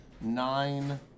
nine